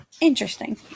Interesting